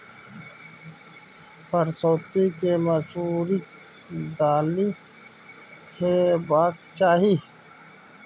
परसौती केँ मसुरीक दालि खेबाक चाही